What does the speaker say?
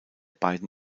beiden